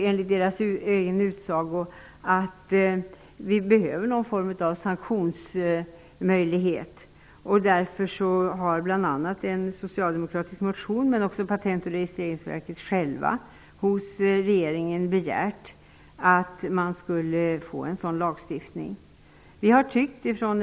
Enligt verkets utsago behöver det finnas en sanktionsmöjlighet. Patent och registreringsverket har hos regeringen begärt att få en sådan lagstiftning. Detta har vi också krävt i bl.a. en socialdemokratisk motion.